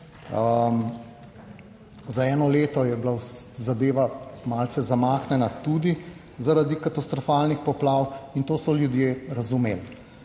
za eno leto je bila zadeva malce zamaknjena, tudi zaradi katastrofalnih poplav, in to so ljudje razumeli.